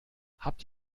habt